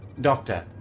Doctor